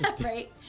right